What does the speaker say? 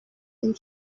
and